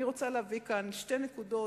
אני רוצה להביא כאן שתי נקודות,